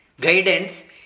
guidance